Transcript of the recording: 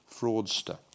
fraudster